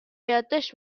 یادداشت